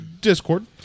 Discord